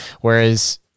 Whereas